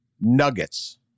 nuggets